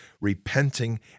repenting